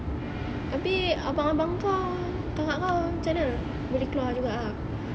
abeh abang abang kau kakak kau cam mana boleh keluar juga ah